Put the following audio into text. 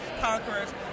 conquerors